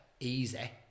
easy